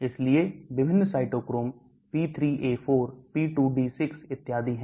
इसलिए विभिन्न cytochrome P3A4 P2D6 इत्यादि हैं